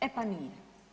E pa nije.